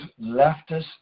leftist